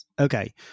Okay